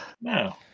No